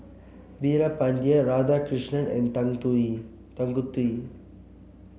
Veerapandiya Radhakrishnan and Tanguturi